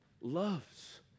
loves